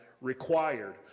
required